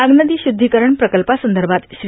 नागनदी शुध्दीकरण प्रकल्पासंदर्भात श्री